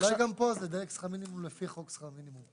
אולי גם פה זה די שכר מינימום לפי חוק שכר מינימום.